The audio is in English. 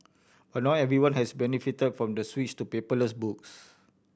but not everyone has benefited from the switch to paperless books